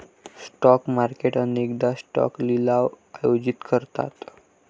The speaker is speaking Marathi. स्टॉक मार्केट अनेकदा स्टॉक लिलाव आयोजित करतात